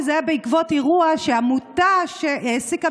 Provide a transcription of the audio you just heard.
כי זה היה בעקבות אירוע שעמותה העסיקה